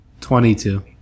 22